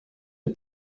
del